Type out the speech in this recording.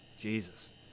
Jesus